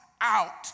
out